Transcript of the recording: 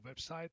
website